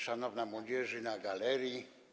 Szanowna Młodzieży na Galerii!